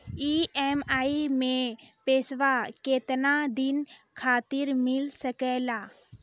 EMI मैं पैसवा केतना दिन खातिर मिल सके ला?